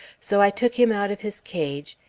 so i took him out of his cage,